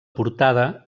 portada